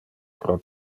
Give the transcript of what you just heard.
pro